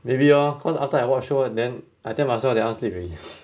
maybe ah cause after I watch show and then I tell myself that I want sleep already